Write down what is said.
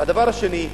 והדבר השני,